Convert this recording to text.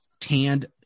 tanned